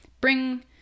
bring